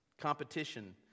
Competition